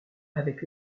avec